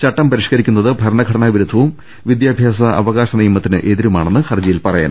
ചട്ടം പരിഷ്കരി ക്കുന്നത് ഭരണഘടനാ വിരുദ്ധവും വിദ്യാഭ്യാസ അവകാശ നിയമത്തിന് എതി രുമാണെന്ന് ഹർജിയിൽ പറയുന്നു